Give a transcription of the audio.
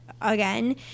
again